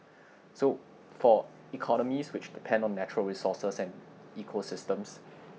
so for economies which depend on natural resources and ecosystems